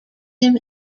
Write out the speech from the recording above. him